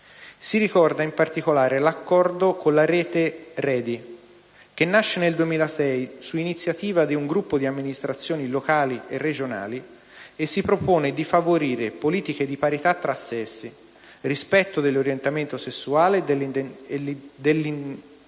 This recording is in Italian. orientamento sessuale e identità di genere), che nasce nel 2006 su iniziativa di un gruppo di amministrazioni locali e regionali e si propone di favorire politiche di parità tra sessi, rispetto dell'orientamento sessuale e dell'identità